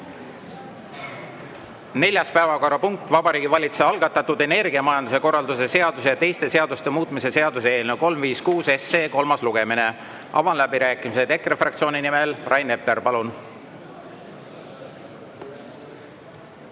Neljas päevakorrapunkt: Vabariigi Valitsuse algatatud energiamajanduse korralduse seaduse ja teiste seaduste muutmise seaduse eelnõu 356 kolmas lugemine. Avan läbirääkimised. EKRE fraktsiooni nimel Rain Epler, palun!